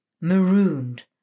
marooned